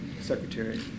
secretary